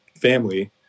family